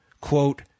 quote